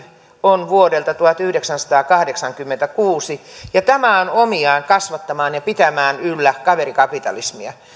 on vuodelta tuhatyhdeksänsataakahdeksankymmentäkuusi ja tämä on omiaan kasvattamaan ja pitämään yllä kaverikapitalismia